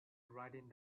riding